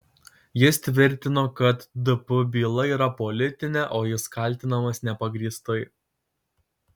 jis tvirtino kad dp byla yra politinė o jis kaltinamas nepagrįstai